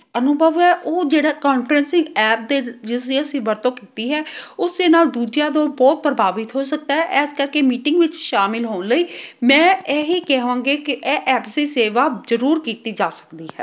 ਅਨੁਭਵ ਹੈ ਉਹ ਜਿਹੜਾ ਕਾਨਫਰੰਸਿੰਗ ਐਪ ਦੇ ਜਿਸ ਦੀ ਅਸੀਂ ਵਰਤੋਂ ਕੀਤੀ ਹੈ ਉਸਦੇ ਨਾਲ ਦੂਜਿਆਂ ਤੋਂ ਬਹੁਤ ਪ੍ਰਭਾਵਿਤ ਹੋ ਸਕਦਾ ਇਸ ਕਰਕੇ ਮੀਟਿੰਗ ਵਿੱਚ ਸ਼ਾਮਿਲ ਹੋਣ ਲਈ ਮੈਂ ਇਹੀ ਕਹਾਂਗੀ ਕਿ ਇਹ ਐਪ ਦੀ ਸੇਵਾ ਜ਼ਰੂਰ ਕੀਤੀ ਜਾ ਸਕਦੀ ਹੈ